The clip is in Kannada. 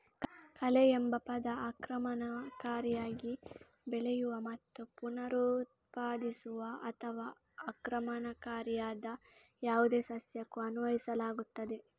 ಕಳೆಎಂಬ ಪದ ಆಕ್ರಮಣಕಾರಿಯಾಗಿ ಬೆಳೆಯುವ ಅಥವಾ ಪುನರುತ್ಪಾದಿಸುವ ಅಥವಾ ಆಕ್ರಮಣಕಾರಿಯಾದ ಯಾವುದೇ ಸಸ್ಯಕ್ಕೂ ಅನ್ವಯಿಸಲಾಗುತ್ತದೆ